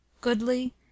GOODLY